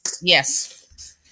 yes